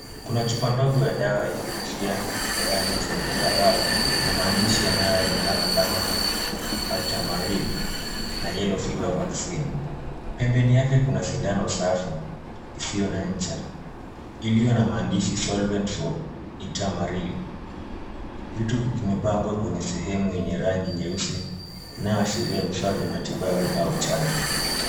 Kuna chupa ndogo ya dawa yenye kofia ya rangi za zambarau, na maandishi yanayoonekana kama Altamaril na Yellow Fever Vaccine. Pembeni yake kuna sindano safi isiyo na ncha, iliyo na maandishi solvent for Altamaril. Vitu vimepangwa kwenye sehemu yenye rangi nyeusi, inayoashiria vifaa vya matibabu au chanjo.